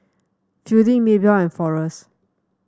Fielding Maebelle and Forrest